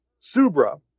Subra